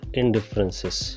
indifferences